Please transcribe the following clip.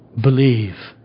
believe